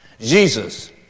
Jesus